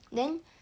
then